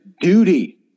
duty